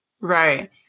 Right